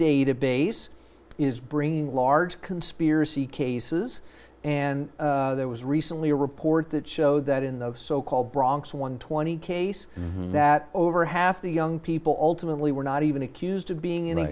database is bringing large conspiracy cases and there was recently a report that showed that in the so called bronx one hundred and twenty case that over half the young people ultimately were not even accused of being in a